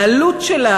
העלות שלה,